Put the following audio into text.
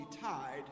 tied